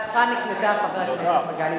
אפשר להוסיף את חבר כנסת כבל?